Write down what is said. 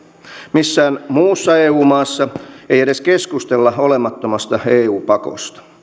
missään muussa eu maassa ei edes keskustella olemattomasta eu pakosta